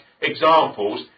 examples